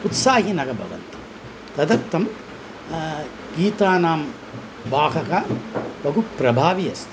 उत्साहिनः भवन्ति तदर्थं गीतानां भागः बहुप्रभावी अस्ति